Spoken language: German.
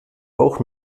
auch